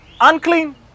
unclean